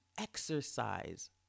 exercise